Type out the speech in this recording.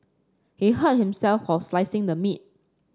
he hurt himself while slicing the meat